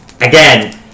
Again